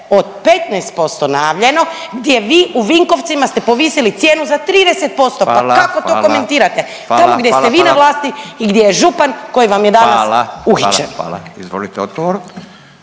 od 15% najavljeno gdje vi u Vinkovcima ste povisili cijenu za 30%. Pa kako to komentirate? …/Upadica Radin: Hvala, hvala./… Tamo gdje ste vi na vlasti i gdje je župan koji vam je danas uhićen. **Radin, Furio